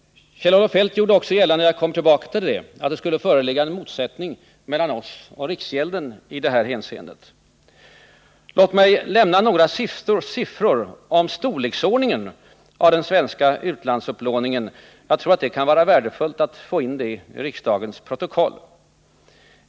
Kjell-Olof Feldt gjorde också gällande — jag kommer tillbaka till det — att det skulle föreligga en motsättning mellan oss och riksgäldskontoret i det här hänseendet. Låt mig därför lämna några siffror som anger storleksordningen av den svenska utlandsupplåningen; jag tror det kan vara värdefullt att få in dem i riksdagens protokoll.